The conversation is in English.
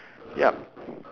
yup